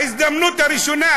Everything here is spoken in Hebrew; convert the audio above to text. בהזדמנות הראשונה